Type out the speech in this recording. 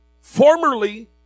formerly